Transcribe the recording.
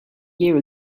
year